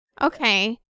Okay